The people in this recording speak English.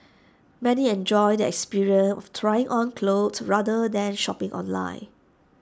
many enjoyed the experience of trying on clothes rather than shopping online